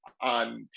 on